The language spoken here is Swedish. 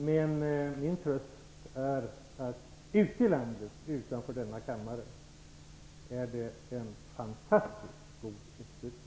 Men min tröst är att det ute i landet, utanför denna kammare, är en fantastiskt god uppslutning.